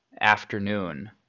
afternoon